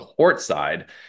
courtside